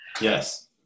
Yes